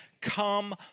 come